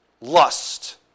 lust